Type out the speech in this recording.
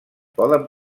poden